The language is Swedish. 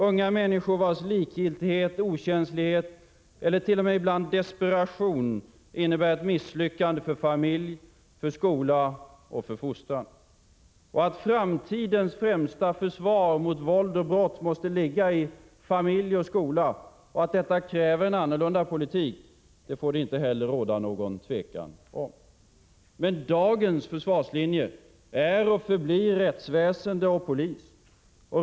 Unga människor, vilkas likgiltighet, okänslighet eller t.o.m. ibland desperation innebär ett misslyckande för familj, för skola och för fostran. Att framtidens främsta försvar mot våld och brott måste ligga i familj och skola — och att detta kräver en annorlunda politik — får det inte heller råda något tvivel om. Men dagens försvarslinje är och förblir rättsväsende och polis.